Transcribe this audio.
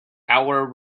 our